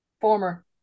Former